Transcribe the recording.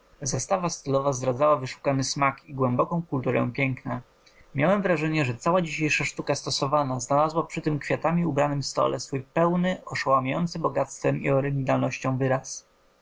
stylowa zdradzała wyszukany smak i głęboką kulturę piękna miałem wrażenie że cała dzisiejsza sztuka stosowana znalazła przy tym kwiatami ubranym stole swój pełny oszołomiający bogactwem i oryginalnością wyraz